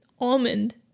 almond